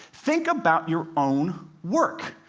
think about your own work.